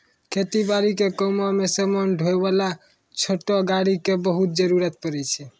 खेती बारी के कामों मॅ समान ढोय वाला छोटो गाड़ी के बहुत जरूरत पड़ै छै